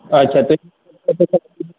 અચ્છા તો એ